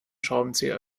schraubenzieher